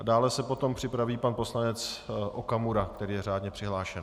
Dále se potom připraví pan poslanec Okamura, který je řádně přihlášen.